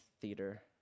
Theater